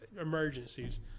emergencies